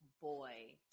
boy